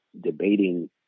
debating